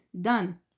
Done